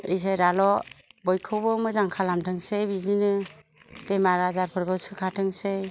इसोराल' बयखौबो मोजां खालामथोंसै बिदिनो बेराम आजारफोरखौ सोखाथोंसै